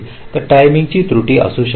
तर टायमिंग त त्रुटी असू शकते